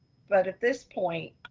but at this point,